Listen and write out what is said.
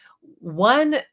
One